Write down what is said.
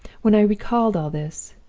when i recalled all this,